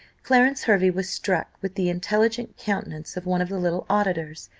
clarence hervey was struck with the intelligent countenance of one of the little auditors,